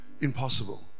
Impossible